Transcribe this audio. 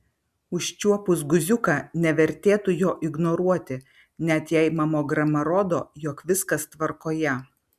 užčiuopus guziuką nevertėtų jo ignoruoti net jei mamograma rodo jog viskas tvarkoje